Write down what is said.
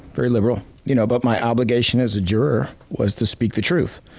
very liberal. you know but my obligation as a juror was to speak the truth.